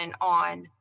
on